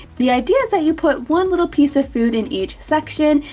the idea is that you put one little piece of food in each section,